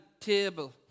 table